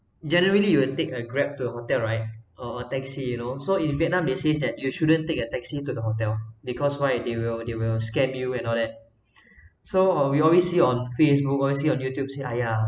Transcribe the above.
generally you will take a grab to hotel right or or taxi you know so in vietnam they say that you shouldn't take a taxi to the hotel because why they will they will scam you and all that so um we always see on facebook always see on youtube say !aiya!